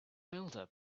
builder